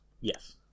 Yes